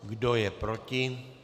Kdo je proti?